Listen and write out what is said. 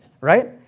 right